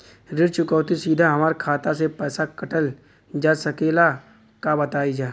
ऋण चुकौती सीधा हमार खाता से पैसा कटल जा सकेला का बताई जा?